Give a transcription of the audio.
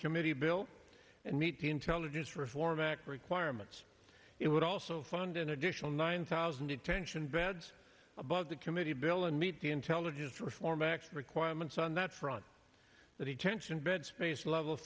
committee bill and meet the intelligence reform act requirements it would also fund an additional nine thousand detention beds above the committee bill and meet the intelligence reform act requirements on that front that he tension bed space level